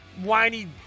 whiny